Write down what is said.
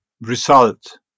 result